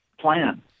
plan